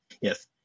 Yes